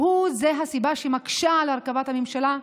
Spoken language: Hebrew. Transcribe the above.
שהוא הסיבה שמקשה את הרכבת הממשלה?